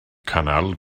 kanal